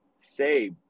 say